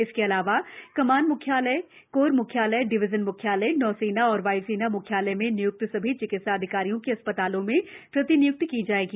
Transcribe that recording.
इसके अलावा कमान मुख्यालय कोर मुख्यालय डिवीजन मुख्यालय नौसेना और वाय् सेना मुख्यालय में निय्क्त सभी चिकित्सा अधिकारियों की अस्पतालों में प्रतिनिय्क्ति की जाएगी